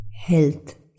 health